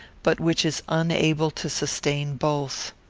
but which is unable to sustain both.